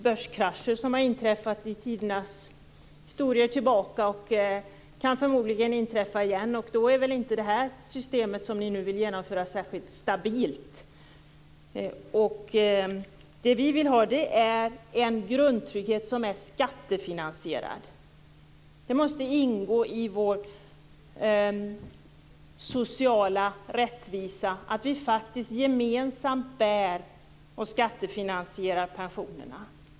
Börskrascher har inträffat i tidernas historia tidigare och kan förmodligen inträffa igen, och då är väl det system som ni nu vill genomföra inte särskilt stabilt. Det vi vill ha är en grundtrygghet som är skattefinansierad. Det måste ingå i vår sociala rättvisa att vi faktiskt gemensamt bär och skattefinansierar pensionerna.